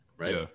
Right